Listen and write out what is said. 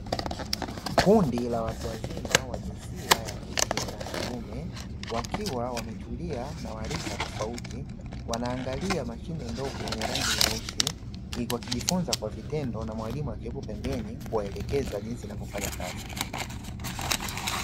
Kundi la watu wazima wa jinsia ya kike na kiume, wakiwa wametulia na wa rika tofauti, wanaangalia mashine ndogo yenye rangi nyeusi wakijifunza kwa vitendo na mwalimu akiwepo pembeni, kuwaelekeza jinsi inavyofanya kazi.